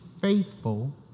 faithful